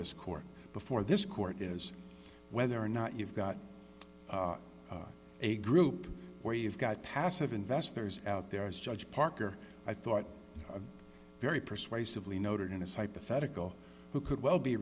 this court before this court is whether or not you've got a group where you've got passive investors out there as judge parker i thought a very persuasively noted in his hypothetical who could